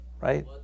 Right